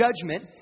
judgment